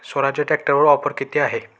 स्वराज्य ट्रॅक्टरवर ऑफर किती आहे?